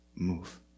move